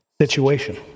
situation